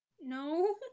No